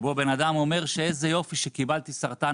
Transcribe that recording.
שבו בן אדם אומר שאיזה יופי שקיבלתי סרטן